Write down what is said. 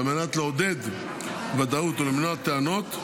על מנת לעודד ודאות ולמנוע טענות,